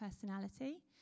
personality